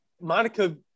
Monica